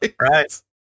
Right